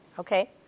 Okay